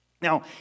Now